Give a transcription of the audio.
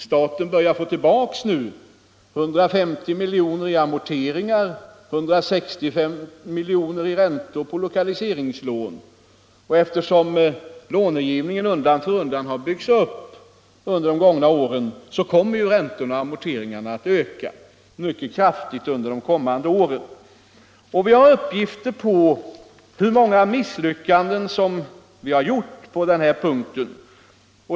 Staten börjar också få tillbaka — 150 miljoner i amorteringar och 160 miljoner i ränta — på lokaliseringslånen. Eftersom långivningen undan för undan byggts upp under de gångna åren, kommer räntorna och amorteringarna att öka mycket kraftigt under de kommande åren. Vi har också uppgifter på hur många misslyckanden som skett på den här punkten.